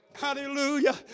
Hallelujah